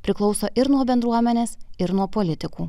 priklauso ir nuo bendruomenės ir nuo politikų